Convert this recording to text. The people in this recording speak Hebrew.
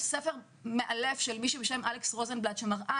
יש ספר של מישהי בשם אלכס רוזנבלט שמראה